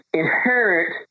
inherent